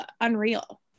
Unreal